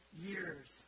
years